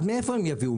אז מאיפה הם יביאו?